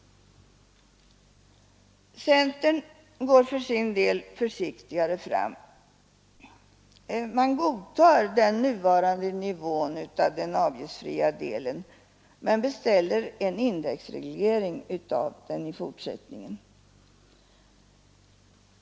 Centern går för sin del försiktigare fram. Man godtar den nuvarande nivån för den avgiftsfria delen men beställer en indexreglering av den i fortsättningen.